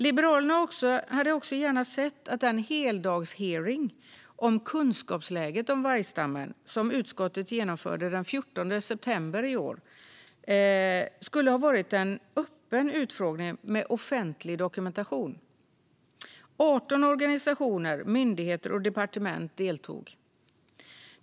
Liberalerna hade också gärna sett att den heldagshearing om kunskapsläget om vargstammen som utskottet genomförde den 14 september i år skulle ha varit en öppen utfrågning med offentlig dokumentation. Det var 18 organisationer, myndigheter och departement som deltog.